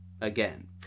again